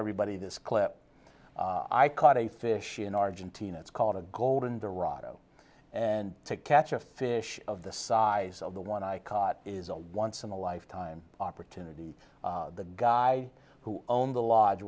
everybody this clip i caught a fish in argentina it's called a golden durazo and to catch a fish of the size of the one i caught is a once in a lifetime opportunity the guy who owned the lodge